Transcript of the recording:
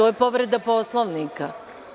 To je povreda Poslovnika.